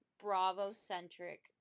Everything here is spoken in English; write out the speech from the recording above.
Bravo-centric